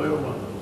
לא יאומן.